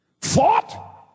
Fought